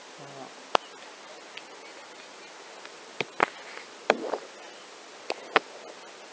uh